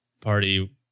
party